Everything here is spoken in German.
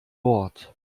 wort